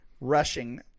rushing